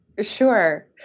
Sure